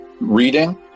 reading